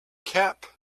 cap